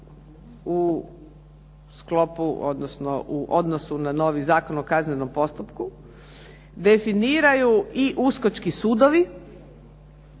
u sklopu odnosno u odnosu na novi Zakon o kaznenom postupku definiraju i uskočki sudovi